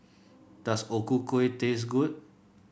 does O Ku Kueh taste good